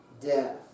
death